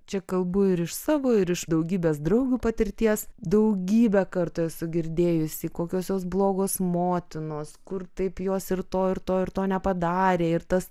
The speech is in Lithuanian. čia kalbu ir iš savo ir iš daugybės draugių patirties daugybę kartų esu girdėjusi kokios jos blogos motinos kur taip jos ir to ir to ir to nepadarė ir tas